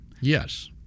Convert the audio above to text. Yes